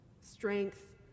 strength